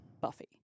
Buffy